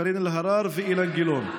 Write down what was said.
קארין אלהרר ואילן גילאון.